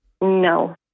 no